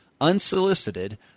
unsolicited